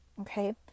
okay